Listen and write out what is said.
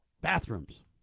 bathrooms